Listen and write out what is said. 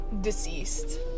Deceased